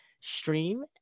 stream